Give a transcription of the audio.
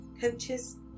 coaches